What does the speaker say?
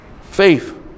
faith